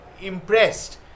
impressed